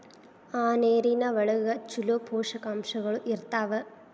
ಆ ನೇರಿನ ಒಳಗ ಚುಲೋ ಪೋಷಕಾಂಶಗಳು ಇರ್ತಾವ